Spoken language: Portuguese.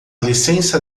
licença